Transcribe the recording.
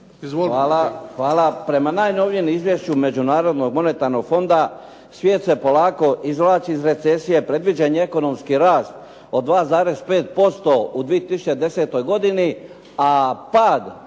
Hvala. Prema najnovijem izvješću Međunarodnog monetarnog fonda, svijet se polako izvlači iz recesije, predviđen je ekonomski rast od 2,5% u 2010. godini, a pad